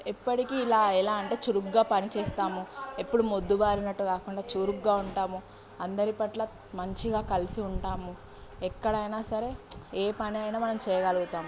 ఎప్పటికీ ఇలా ఎలా అంటే చురుగ్గా పనిచేస్తాము ఎప్పుడూ మొద్దు బారినట్టు కాకుండా చురుగ్గా ఉంటాము అందరి పట్ల మంచిగా కలిసి ఉంటాము ఎక్కడైనా సరే ఏ పనైనా మనం చేయగలుగుతాం